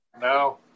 No